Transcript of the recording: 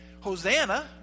Hosanna